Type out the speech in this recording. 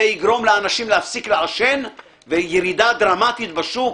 זה יגרום לאנשים להפסיק לעשן וירידה דרמטית בשוק